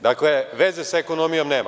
Dakle, veze sa ekonomijom nema.